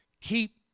Keep